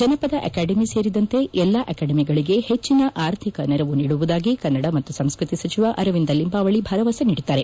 ಜನಪದ ಅಕಾಡೆಮಿ ಸೇರಿದಂತೆ ಎಲ್ಲಾ ಅಕಾಡೆಮಿಗಳಿಗೆ ಹೆಚ್ಚನ ಆರ್ಥಿಕ ನೆರವು ನೀಡುವುದಾಗಿ ಕನ್ನಡ ಮತ್ತು ಸಂಸ್ಕತಿ ಸಚಿವ ಅರವಿಂದ ಲಿಂಬಾವಳಿ ಭರವಸೆ ನೀಡಿದ್ದಾರೆ